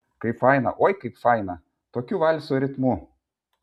kaip faina oi kaip faina tokiu valso ritmu